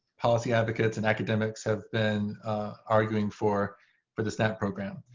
policy advocates and academics have been arguing for for the snap program,